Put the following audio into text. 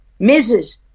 Mrs